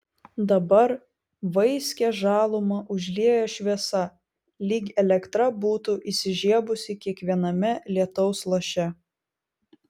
dabar vaiskią žalumą užlieja šviesa lyg elektra būtų įsižiebusi kiekviename lietaus laše